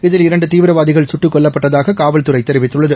இதில் இரண்டு தீவிரவாதிகள் சுட்டுக் கொல்லப்பட்டதாக காவல்துறை தெரிவித்துள்ளது